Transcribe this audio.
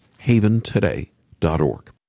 haventoday.org